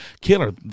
killer